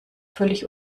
völlig